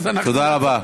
תודה רבה.